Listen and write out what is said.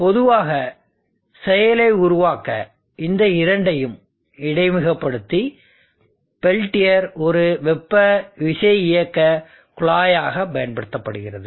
பொதுவாக செயலை உருவாக்க இந்த இரண்டையும் இடைமுகப்படுத்தி பெல்டியர் ஒரு வெப்ப விசையியக்கக் குழாயாகப் பயன்படுத்தப்படுகிறது